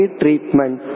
treatment